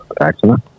accident